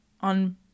on